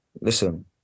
Listen